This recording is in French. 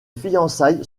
fiançailles